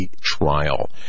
trial